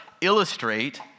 illustrate